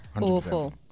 Awful